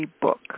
book